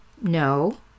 No